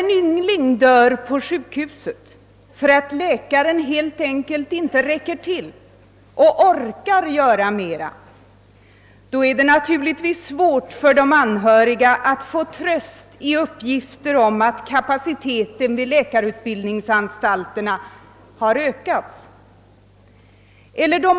En yngling dör på ett sjukhus därför att läkaren helt enkelt inte räcker till, inte orkar göra mera. Då är det svårt för de anhöriga att få tröst av uppgifter om att kapaciteten vid läkarutbildningsanstalterna har ökat.